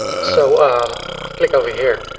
so click over here,